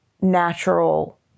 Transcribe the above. natural